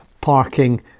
parking